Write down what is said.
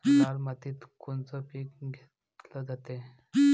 लाल मातीत कोनचं पीक घेतलं जाते?